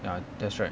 ya that's right